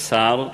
השר,